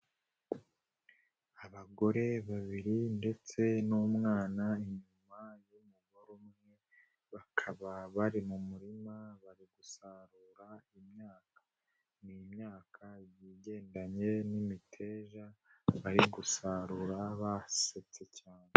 Abagore babiri ndetse n'umwana, inyuma y'umugore umwe bakaba bari mu murima bari gusarura imyaka, ni imyaka igendanye n'imiteja bari gusarura basetse cyane.